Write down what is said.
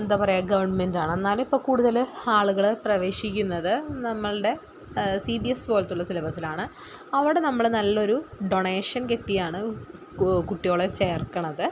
എന്താണ് പറയുക ഗവൺമെൻറ് എന്നാൽ ഇപ്പോൾ കൂടുതൽ ആളുകൾ പ്രവേശിക്കുന്നത് നമ്മുടെ സി ബി എസ് പോലത്തെ ഉള്ള സിലബസിലാണ് അവിടെ നമ്മൾ നല്ലൊരു ഡൊണേഷൻ കെട്ടിയാണ് സ്കു കുട്ടികളെ ചേർക്കുന്നത്